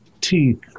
teeth